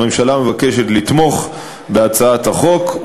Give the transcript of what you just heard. הממשלה מבקשת לתמוך בהצעת החוק,